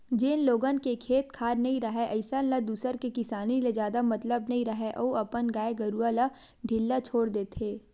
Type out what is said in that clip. जेन लोगन के खेत खार नइ राहय अइसन ल दूसर के किसानी ले जादा मतलब नइ राहय अउ अपन गाय गरूवा ल ढ़िल्ला छोर देथे